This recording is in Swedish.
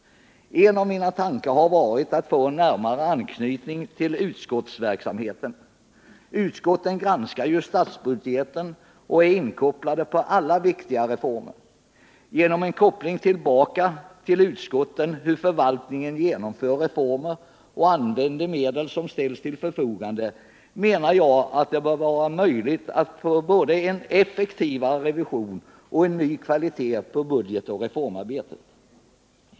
En av mina tankar har varit att få närmare anknytning till utskottsverksamheten. Utskotten granskar ju statsbudgeten och är inkopplade på alla viktiga reformer. Genom en koppling tillbaka till utskottet beträffande hur förvaltningen genomför reformer och använder medel som ställs till förfogande menar jag att det bör vara möjligt att få både en effektivare revision och en ny kvalitet på budgetoch reformarbetet.